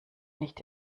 nicht